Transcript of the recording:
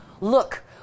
look